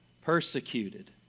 Persecuted